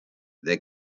they